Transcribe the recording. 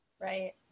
Right